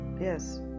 yes